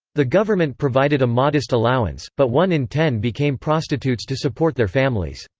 the government provided a modest allowance, but one in ten became prostitutes to support their families.